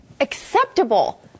acceptable